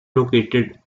located